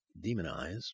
demonize